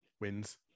wins